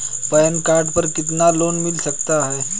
Pan card पर कितना loan मिल सकता है?